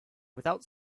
without